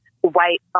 white